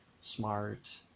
smart